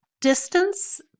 distance